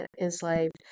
enslaved